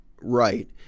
right